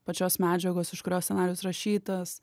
pačios medžiagos iš kurios scenarijus rašytas